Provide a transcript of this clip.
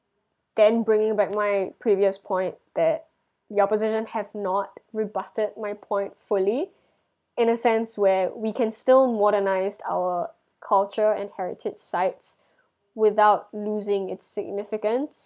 then bringing back my previous point that your opposition have not rebutted my point fully in a sense where we can still modernize our culture and heritage sites without loosing it's significance